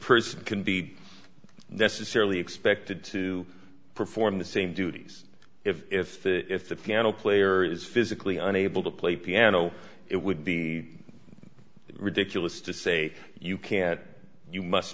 person can be necessarily expected to perform the same duties if if if the piano player is physically unable to play piano it would be ridiculous to say you can't you must